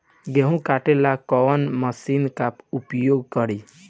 गेहूं काटे ला कवन मशीन का प्रयोग करी?